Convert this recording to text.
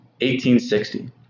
1860